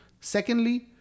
secondly